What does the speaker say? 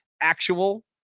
actual